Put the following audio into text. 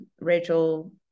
rachel